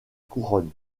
couronne